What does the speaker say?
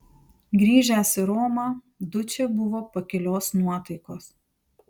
grįžęs į romą dučė buvo pakilios nuotaikos